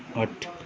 ਅੱਠ